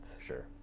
Sure